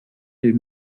est